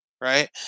right